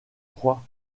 crois